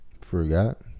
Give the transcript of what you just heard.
Forgot